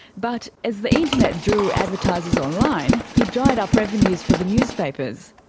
but as the internet drew advertisers online, it dried up revenues for the newspapers.